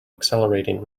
accelerating